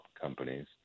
companies